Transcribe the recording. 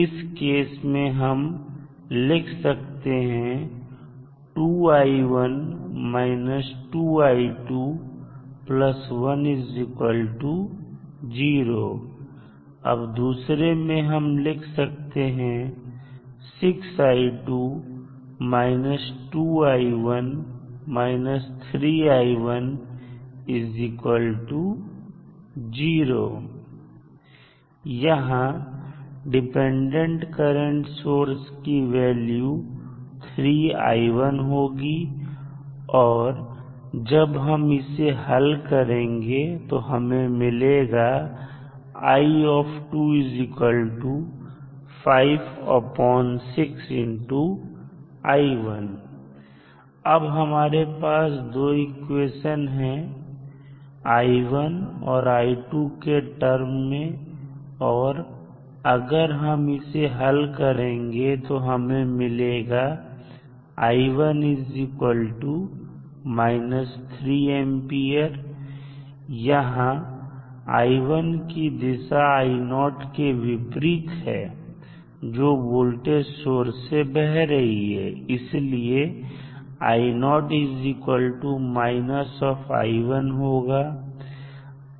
इस केस में हम लिख सकते हैं 10 अब दूसरे में हम लिख सकते हैं यहां डिपेंडेंट करंट सोर्स की वैल्यू होगी और जब हम इसे हल करेंगे तो हमें मिलेगा अब हमारे पास 2 इक्वेशन है और के टर्र्म मैं और अगर हम इसे हल करेंगे तो हमें मिलेगा 3 यहां की दिशा के विपरीत है जो वोल्टेज सोर्स से बह रही है इसलिए होगा